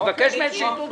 אני מבקש מהם שייתנו תשובות.